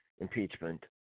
impeachment